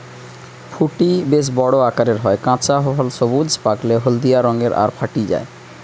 ফুটি বেশ বড় আকারের হয়, কাঁচা ফল সবুজ, পাকলে হলদিয়া রঙের হয় আর ফাটি যায়